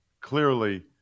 clearly